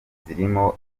zirimo